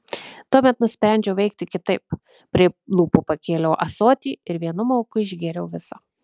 tuomet nusprendžiau veikti kitaip prie lūpų pakėliau ąsotį ir vienu mauku išgėriau visą